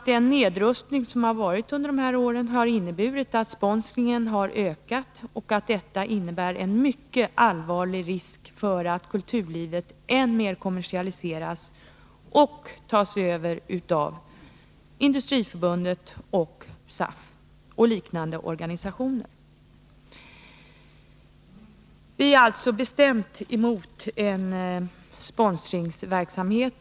Vi anser att nedrustningen på kulturlivets område under de borgerliga regeringsåren har inneburit att sponsringen har ökat och att det i sin tur skapar mycket allvarliga risker för att kulturlivet än mer kommersialiseras och tas över av Industriförbundet, SAF och liknande organisationer. Vi är alltså bestämt emot en sådan sponsorverksamhet.